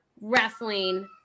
wrestling